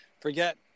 forget